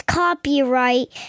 copyright